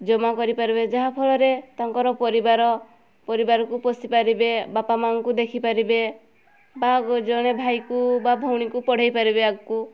ଜମା କରିପାରିବେ ଯାହାଫଳରେ ତାଙ୍କର ପରିବାର ପରିବାରକୁ ପୋଷିପାରିବେ ବାପା ମାଙ୍କୁ ଦେଖିପାରିବେ ବା ଜଣେ ଭାଇକୁ ବା ଭଉଣୀକୁ ପଢ଼ାଇ ପାରିବେ